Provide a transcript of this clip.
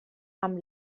amb